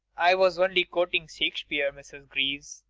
i was only quoting shakespeare, mrs. greaves.